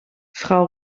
frau